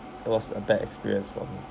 it was a bad experience for me